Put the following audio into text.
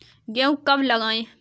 गेहूँ कब लगाएँ?